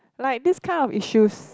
like this kind of issues